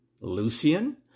Lucian